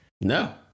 No